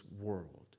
world